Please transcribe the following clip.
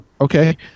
Okay